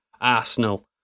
Arsenal